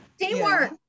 teamwork